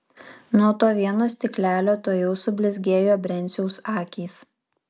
nuo to vieno stiklelio tuojau sublizgėjo brenciaus akys